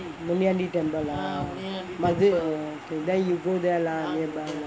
Muniyandi temple lah then you go there lah nearby